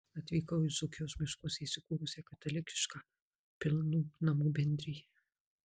atvykau į dzūkijos miškuose įsikūrusią katalikišką pilnų namų bendriją